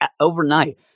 overnight